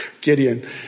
Gideon